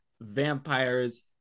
vampires